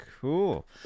cool